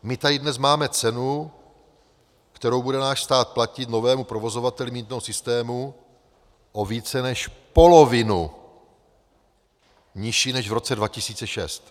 My tady dnes máme cenu, kterou bude náš stát platit novému provozovateli mýtného systému o více než polovinu nižší než v roce 2006.